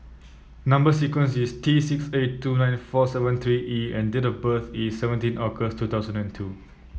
number sequence is T six eight two nine four seven three E and date of birth is seventeen August two thousand and two